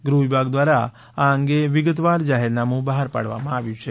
ગૃહ વિભાગ દ્વારા આ અંગે વિગત વાર જાહેરનામું બહાર પાડવામાં આવ્યું છે